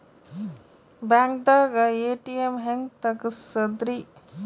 ಬ್ಯಾಂಕ್ದಾಗ ಎ.ಟಿ.ಎಂ ಹೆಂಗ್ ತಗಸದ್ರಿ?